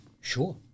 sure